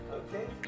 okay